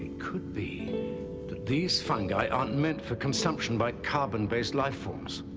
could be that these fungi aren't meant for consumption by carbon-based life forms.